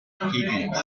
higgins